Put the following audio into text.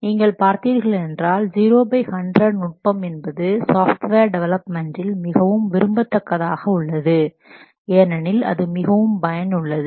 நீங்கள் பார்த்தீர்கள் என்றால் 0 பை 100 நுட்பம் என்பது சாஃப்ட்வேர் டெவலப்மெண்டில் மிகவும் விரும்பத்தக்கதாக உள்ளது ஏனெனில் அது மிகவும் பயனுள்ளது